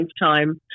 lifetime